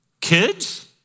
Kids